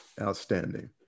Outstanding